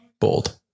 Bold